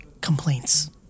complaints